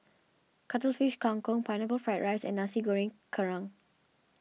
Cuttlefish Kang Kong Pineapple Fried Rice and Nasi Goreng Kerang